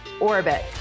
Orbit